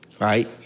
right